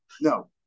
no